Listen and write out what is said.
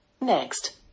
Next